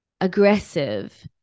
aggressive